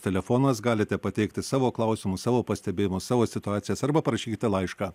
telefonas galite pateikti savo klausimus savo pastebėjimus savo situacijas arba parašykite laišką